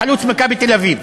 חלוץ "מכבי תל-אביב".